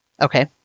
Okay